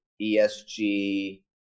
ESG